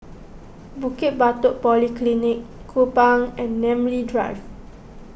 Bukit Batok Polyclinic Kupang and Namly Drive